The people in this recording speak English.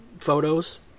photos